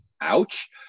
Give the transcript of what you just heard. Ouch